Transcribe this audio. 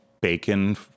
bacon